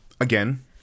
again